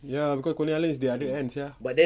ya cause coney island is the other end sia